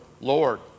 Lord